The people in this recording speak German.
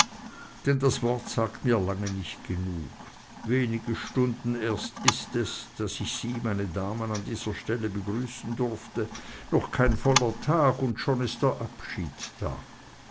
denn das wort sagt mir lange nicht genug wenige stunden erst ist es daß ich sie meine damen an dieser stelle begrüßen durfte noch kein voller tag und schon ist der abschied da